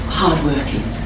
hardworking